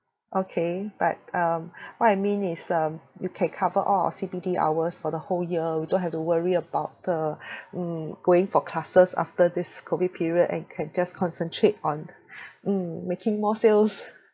okay but um what I mean is um you can cover all our C_P_D hours for the whole year we don't have to worry about the mm going for classes after this COVID period and can just concentrate on mm making more sales